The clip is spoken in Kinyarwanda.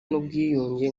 n’ubwiyunge